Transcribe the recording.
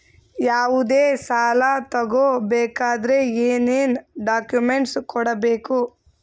ಯಾವುದೇ ಸಾಲ ತಗೊ ಬೇಕಾದ್ರೆ ಏನೇನ್ ಡಾಕ್ಯೂಮೆಂಟ್ಸ್ ಕೊಡಬೇಕು?